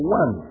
one